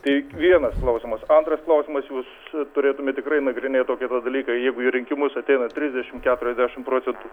tik vienas klausimas antras klausimas jūs turėtumėt tikrai nagrinėt tokį tą dalyką jeigu į rinkimus ateina trisdešim keturiasdešim procentų